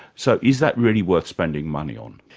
so, is that really worth spending money on?